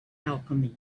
alchemy